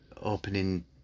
opening